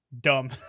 dumb